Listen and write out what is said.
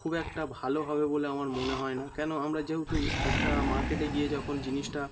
খুব একটা ভালো হবে বলে আমার মনে হয় না কেন আমরা যেহুতু একটা মার্কেটে গিয়ে যখন জিনিসটা